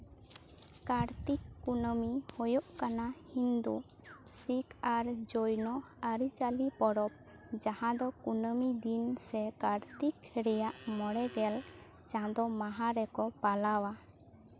ᱠᱟᱨᱛᱤᱠ ᱠᱩᱱᱟᱹᱢᱤ ᱦᱳᱭᱳᱜ ᱠᱟᱱᱟ ᱤᱧ ᱦᱤᱱᱫᱩ ᱥᱤᱠᱷ ᱟᱨ ᱡᱳᱭᱱᱳ ᱟᱹᱨᱤᱪᱟᱹᱞᱤ ᱯᱚᱨᱚᱵᱽ ᱡᱟᱦᱟᱸ ᱫᱚ ᱠᱩᱱᱟᱹᱢᱤ ᱫᱤᱱ ᱥᱮ ᱠᱟᱨᱛᱤᱠ ᱨᱮᱭᱟᱜ ᱢᱚᱬᱮ ᱜᱮᱞ ᱪᱟᱸᱫᱳ ᱢᱟᱦᱟ ᱨᱮᱠᱚ ᱯᱟᱞᱟᱣᱟ